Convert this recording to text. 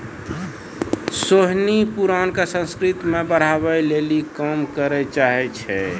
सोहिनी पुरानका संस्कृति के बढ़ाबै लेली काम करै चाहै छै